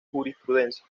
jurisprudencia